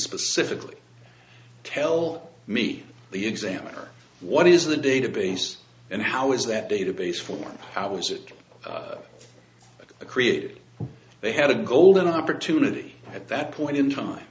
specifically tell me the examiner what is the database and how is that database form how was it created they had a golden opportunity at that point in time